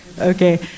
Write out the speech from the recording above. okay